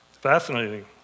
Fascinating